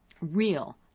real